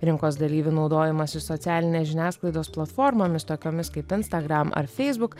rinkos dalyvių naudojimasis socialinės žiniasklaidos platformomis tokiomis kaip instagram ar facebook